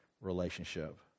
relationship